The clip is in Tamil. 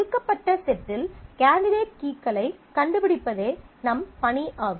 கொடுக்கப்பட்ட செட்டில் கேண்டிடேட் கீகளைக் கண்டுபிடிப்பதே நம் பணி ஆகும்